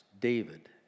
David